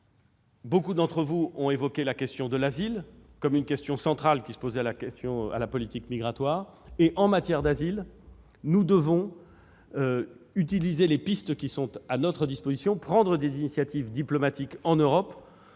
Beaucoup d'entre vous ont présenté l'asile comme une question centrale au sein de la politique migratoire. En la matière, nous devons utiliser les pistes qui sont à notre disposition et prendre des initiatives diplomatiques en Europe